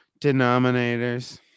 Denominators